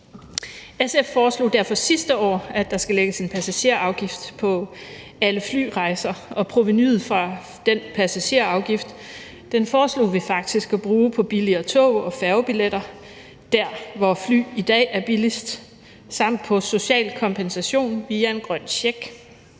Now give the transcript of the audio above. SF foreslog derfor sidste år, at der skal lægges en passagerafgift på alle flyrejser, og provenuet fra den passagerafgift foreslog vi faktisk at bruge på billigere tog- og færgebilletter der, hvor fly i dag er billigst, samt på social kompensation via en grøn check.